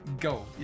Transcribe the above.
Go